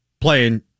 playing